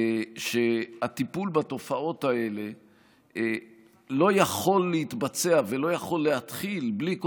שהטיפול בתופעות הללו לא יכול להתבצע ולא יכול להתחיל בלי,